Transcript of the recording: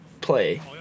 play